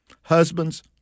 Husbands